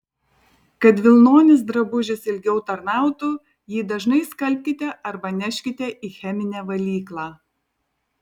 kad vilnonis drabužis ilgiau tarnautų jį dažnai skalbkite arba neškite į cheminę valyklą